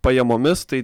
pajamomis tai